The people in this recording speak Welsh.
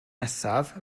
nesaf